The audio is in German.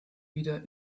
wieder